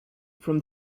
from